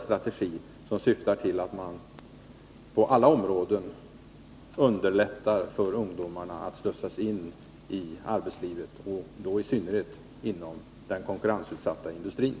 Strategin syftar till att man på alla områden underlättar för ungdomarna att slussas in i arbetslivet, och då i synnerhet inom den konkurrensutsatta industrin.